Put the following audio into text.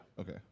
Okay